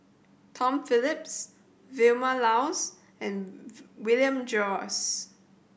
Tom Phillips Vilma Laus and William Jervois